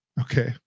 Okay